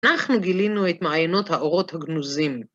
אנחנו גילינו את מעיינות האורות הגנוזים.